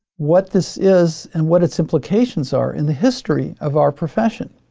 what this is and what it's implications are in the history of our profession?